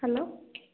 hello